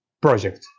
project